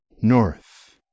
North